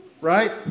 right